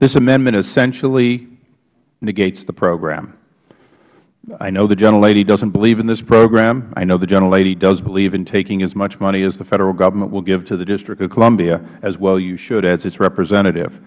this amendment essentially negates the program i know the gentlelady doesn't believe in this program i know the gentlelady does believe in taking as much money as the federal government will give to the district of columbia as well you should as its representative